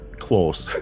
Close